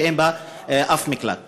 שאין בה אף מקלט אחד,